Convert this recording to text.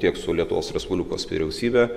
tiek su lietuvos respublikos vyriausybe